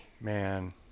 Man